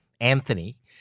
Anthony